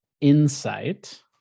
insight